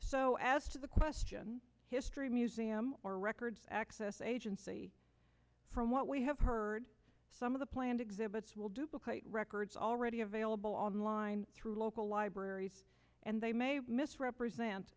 so as to the question history museum or records access agency from what we have heard some of the planned exhibits will do because it records already available online through local libraries and they may mis represent